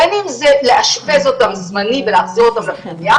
בין אם זה לאשפז אותם זמנית ולהחזיר אותם לפנימייה,